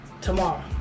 tomorrow